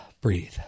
breathe